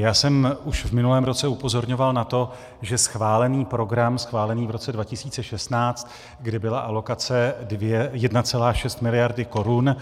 Já jsem už v minulém roce upozorňoval na to, že schválený program, schválený v roce 2016, kdy byla alokace 1,6 miliardy korun